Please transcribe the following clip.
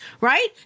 right